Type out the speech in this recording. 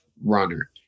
runner